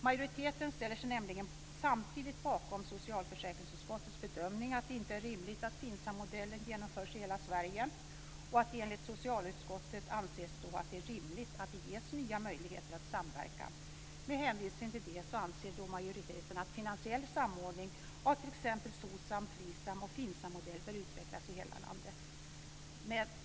Majoriteten ställer sig nämligen bakom socialförsäkringsutskottets bedömning att det inte är rimligt att FINSAM-modellen genomförs i hela Sverige och anser att det är rimligt att det ges nya möjligheter att samverka. Med hänvisning till det anser majoriteten att finansiell samordning av t.ex. SOCSAM-, FRI SAM och FINSAM-modeller bör utvecklas i hela landet.